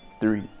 three